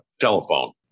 telephone